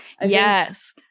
Yes